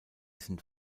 sind